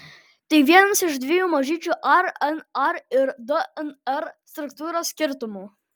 tai vienas iš dviejų mažyčių rnr ir dnr struktūros skirtumų